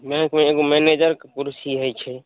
बैंकमे एगो मैनेजरके कुर्सी होइ छै